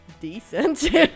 decent